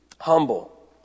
humble